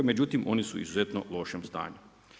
Međutim, one su u izuzetno lošem stanju.